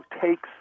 takes